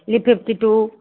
Lee fifty to